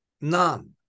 none